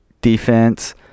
defense